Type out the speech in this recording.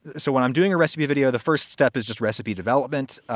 so when i'm doing a recipe video, the first step is just recipe development,